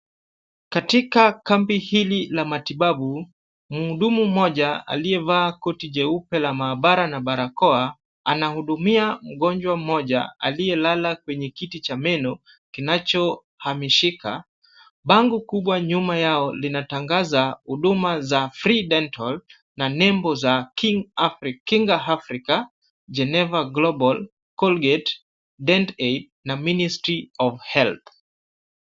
katika kambi hili la matibabu mhudumu mmoja aliye vaa koti koti jeupe la maabara na barokoa anahudumia mgonjwa mmoja aliye lala kwenye kiti cha meno kinachohamishika bango kubwa nyuma yao linatangaza huduma za[ freedental] na nebo za [king hafrica] geneva [ global] [colgate] denti[ aid] na [ministry of health]